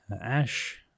Ash